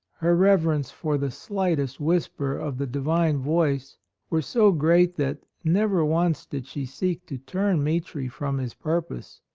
her reverence for the slightest whisper of the divine voice were so great that never once did she seek to turn mitri from his purpose,